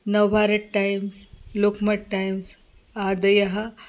Navbharat Times Lokmat Times आदयः